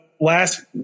last